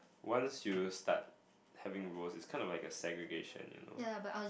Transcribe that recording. once you start having roles it's kinda like a segregation you know